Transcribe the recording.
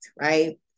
Right